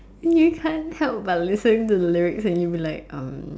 you can't help but listen to the lyrics and you'll be like um